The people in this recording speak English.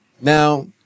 Now